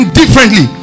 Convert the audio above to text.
differently